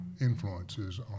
influences